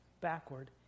backward